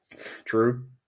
True